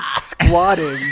squatting